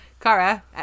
Kara